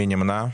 מי נמנע?